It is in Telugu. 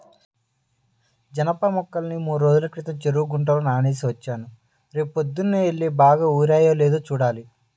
జనప మొక్కల్ని మూడ్రోజుల క్రితం చెరువు గుంటలో నానేసి వచ్చాను, రేపొద్దన్నే యెల్లి బాగా ఊరాయో లేదో చూడాలి